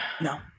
No